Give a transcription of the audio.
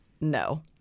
No